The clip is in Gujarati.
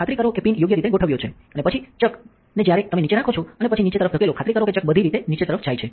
ખાતરી કરો કે પિન યોગ્ય રીતે ગોઠવ્યો છે અને પછી ચકને જ્યારે તમે નીચે રાખો છો અને પછી નીચે તરફ ધકેલો ખાતરી કરો કે ચક બધી રીતે નીચે જાય છે